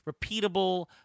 repeatable